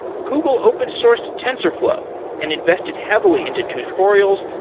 google open sourced tensorflow and invested heavily into tutorials,